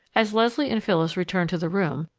as leslie and phyllis returned to the room,